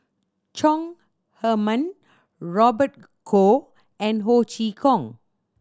Chong Heman Robert Goh and Ho Chee Kong